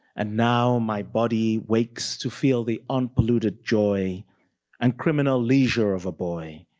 and now my body wakes to feel the unpolluted joy and criminal leisure of a boy.